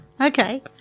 Okay